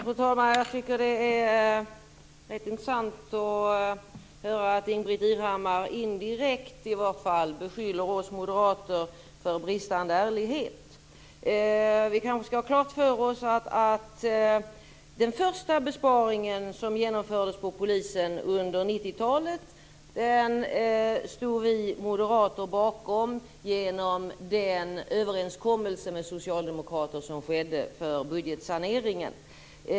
Fru talman! Jag tycker att det är rätt intressant att höra att Ingbritt Irhammar indirekt beskyller oss moderater för bristande ärlighet. Vi kanske skall ha klart för oss att den första besparing som genomfördes på polisen under 90-talet stod vi moderater bakom genom den överenskommelse med socialdemokrater som skedde för budgetsaneringen.